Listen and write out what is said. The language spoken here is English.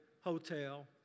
hotel